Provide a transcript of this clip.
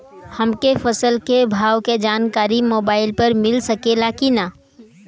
हमके फसल के भाव के जानकारी मोबाइल पर मिल सकेला की ना?